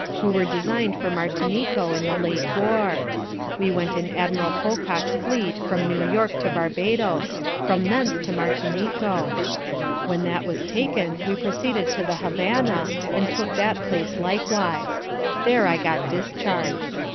who were design'd for martinico in the late war we went in admiral pocock's fleet from new-york to barbadoes from thence to martinico when that was taken we proceeded to the havannah, and took that place likewise there i got discharged.